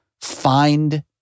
find